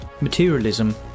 materialism